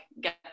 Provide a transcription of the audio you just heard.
get